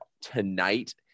tonight